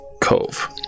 cove